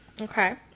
Okay